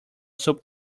super